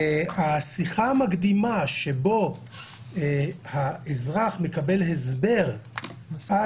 השיחה המקדימה שבה האזרח מקבל הסבר על